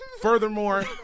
Furthermore